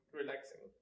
relaxing